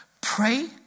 pray